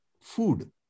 food